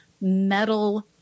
metal